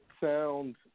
sound